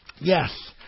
yes